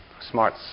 Smart